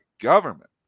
government